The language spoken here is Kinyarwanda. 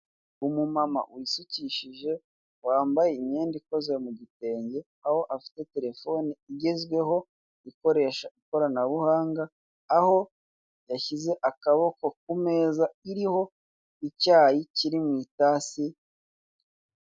Umumama wisukishije wambaye imyenda ikoze mu gitenge aho afite telefone igezweho ikoresha ikoranabuhanga aho yashyize akaboko ku meza iriho icyayi kiri mu itasi.